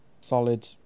solid